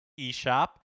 eShop